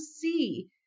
see